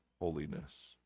holiness